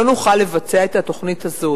לא נוכל לבצע את התוכנית הזאת.